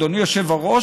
אדוני היושב-ראש,